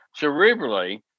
cerebrally